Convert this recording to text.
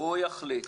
הוא יחליט.